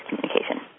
communication